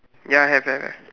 ya have have have